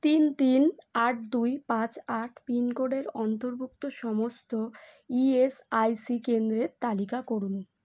তিন তিন আট দুই পাঁচ আট পিনকোডের অন্তর্ভুক্ত সমস্ত ইএসআইসি কেন্দ্রের তালিকা করুন